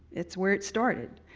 it's where it started.